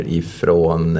ifrån